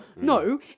no